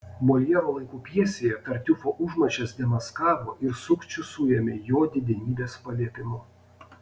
moljero laikų pjesėje tartiufo užmačias demaskavo ir sukčių suėmė jo didenybės paliepimu